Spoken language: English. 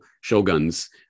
shoguns